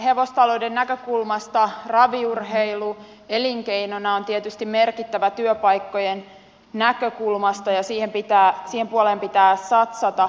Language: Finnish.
hevostalouden näkökulmasta raviurheilu elinkeinona on tietysti merkittävä työpaikkojen näkökulmasta ja siihen puoleen pitää satsata